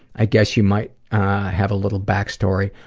i guess you might have a little backstory,